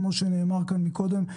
כמו שנאמר כאן קודם,